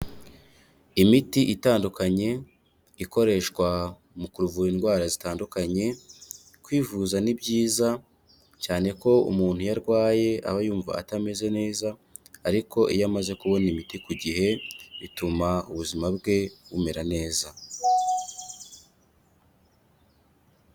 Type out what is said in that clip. Imiti itandukanye ikoreshwa mu kuvura indwara zitandukanye, kwivuza ni byiza cyane ko umuntu arwaye aba yumva atameze neza ariko iyo amaze kubona imiti ku gihe ituma ubuzima bwe bumera neza.